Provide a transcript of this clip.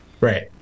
Right